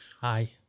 hi